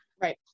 Right